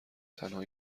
تنها